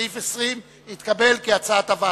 התקבל כהצעת הוועדה.